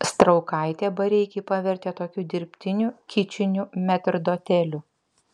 straukaitė bareikį pavertė tokiu dirbtiniu kičiniu metrdoteliu